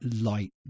light